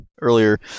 earlier